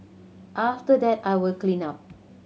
after that I will clean up